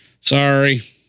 Sorry